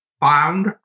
found